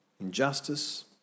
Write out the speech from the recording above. injustice